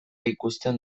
ikusten